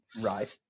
Right